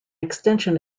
extension